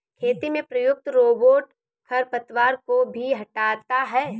खेती में प्रयुक्त रोबोट खरपतवार को भी हँटाता है